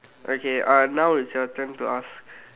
okay uh now is your turn to ask